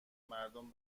مردم